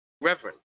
Reverend